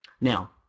Now